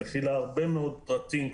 שמכילה הרבה מאוד פרטים,